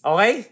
Okay